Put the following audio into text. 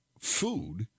food